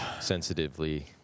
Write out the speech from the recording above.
sensitively